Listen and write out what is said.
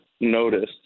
noticed